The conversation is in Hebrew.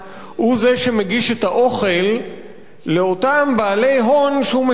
הוא זה שמגיש את האוכל לאותם בעלי הון שהוא משרת.